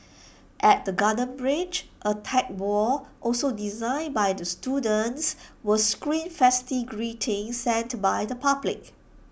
at the garden bridge A tech wall also designed by the students will screen festive greetings sent by the public